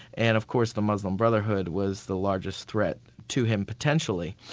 and of course the muslim brotherhood was the largest threat to him potentially.